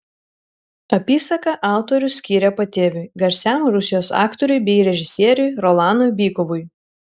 apysaką autorius skyrė patėviui garsiam rusijos aktoriui bei režisieriui rolanui bykovui